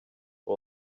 for